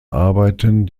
arbeiten